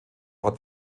ort